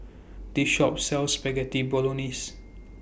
This Shop sells Spaghetti Bolognese